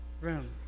room